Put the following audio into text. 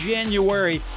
January